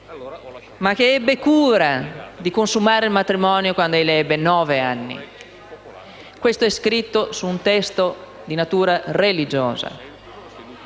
ma che ebbe cura di consumare il matrimonio quando aveva nove anni; e questo è scritto su un testo di natura religiosa.